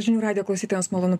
žinių radijo klausytojams malonu